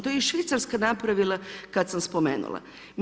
To je i Švicarska napravila kada sam spomenula.